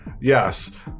Yes